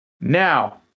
Now